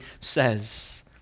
says